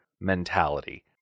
mentality